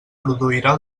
produirà